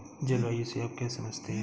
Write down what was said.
जलवायु से आप क्या समझते हैं?